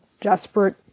desperate